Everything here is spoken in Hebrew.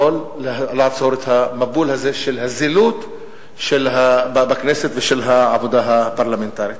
לעצור את המבול הזה של הזילות של הכנסת ושל העבודה הפרלמנטרית.